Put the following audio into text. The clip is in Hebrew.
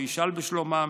או ישאל בשלומם,